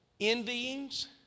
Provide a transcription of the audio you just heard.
Envyings